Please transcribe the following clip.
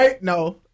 No